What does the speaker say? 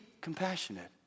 compassionate